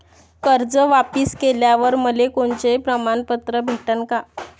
कर्ज वापिस केल्यावर मले कोनचे प्रमाणपत्र भेटन का?